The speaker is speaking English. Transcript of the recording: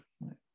right